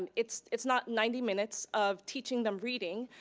and it's it's not ninety minutes of teaching them reading.